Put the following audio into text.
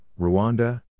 Rwanda